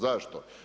Zašto?